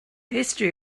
history